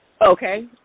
Okay